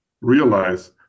realize